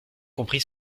compris